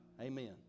Amen